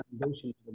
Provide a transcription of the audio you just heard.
foundation